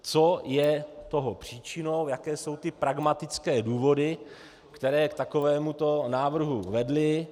Co je toho příčinou, jaké jsou ty pragmatické důvody, které k takovémuto návrhu vedly.